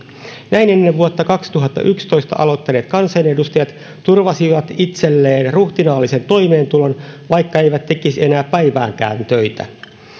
näin ennen vuotta kaksituhattayksitoista aloittaneet kansanedustajat turvasivat itselleen ruhtinaallisen toimeentulon vaikka eivät tekisi enää päivääkään töitä